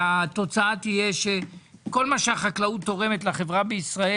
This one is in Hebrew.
התוצאה תהיה שכל מה שהחקלאות תורמת לחברה בישראל